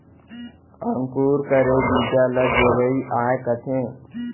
अंकुर करे बीजा ल जरई आए कथें